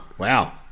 wow